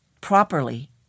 properly